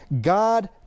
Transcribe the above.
God